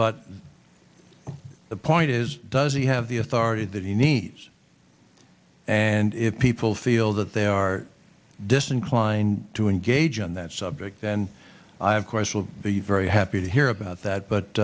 but the point is does he have the authority that he needs and if people feel that they are disinclined to engage in that subject then i of course will be very happy to hear about that but